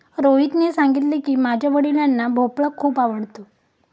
रोहितने सांगितले की, माझ्या वडिलांना भोपळा खूप आवडतो